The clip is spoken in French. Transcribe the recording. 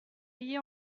riait